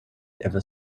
ever